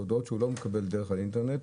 הודעות שהוא לא מקבל דרך האינטרנט.